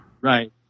Right